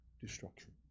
destruction